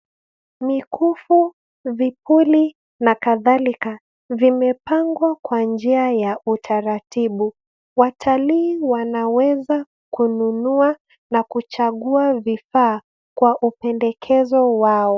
Mikufu, vipuli na kadhalika vimepangwa kwa njia ya utaratibu. Watalii wanaweza kununua na kuchagua vifaa kwa upendekezo wao.